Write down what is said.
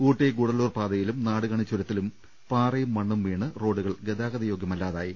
ഊട്ടി ഗൂഡല്ലൂർ പാതയിലും നാടുകാണി ചുരത്തിലും പാറയും മണ്ണും വീണ് റോഡുകൾ ഗതാഗതയോഗ്യമല്ലാതാ യി